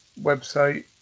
website